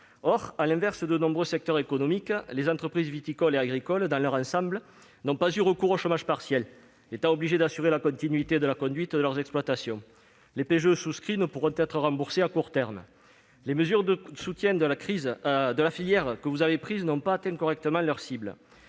Or, à l'inverse de nombreux secteurs économiques, les entreprises viticoles et agricoles dans leur ensemble n'ont pas eu recours au chômage partiel, étant obligées d'assurer la continuité de la conduite de leur exploitation. Les prêts garantis par l'État souscrits ne pourront être remboursés à court terme. Les mesures de soutien à la filière que vous avez prises n'ont pas atteint correctement leur cible.